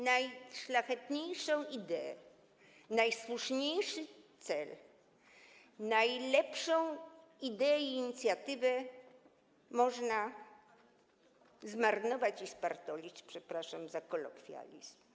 Najszlachetniejszą ideę, najsłuszniejszy cel, najlepszą ideę i inicjatywę można zmarnować i spartolić, przepraszam za kolokwializm.